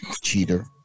cheater